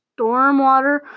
stormwater